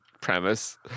premise